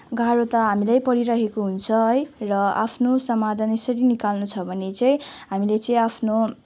गाह्रो त हामीलाई परिरहेको हुन्छ है र आफ्नो समाधान यसरी नै निकाल्नु छ भने चाहिँ हामीले चाहिँ आफ्नो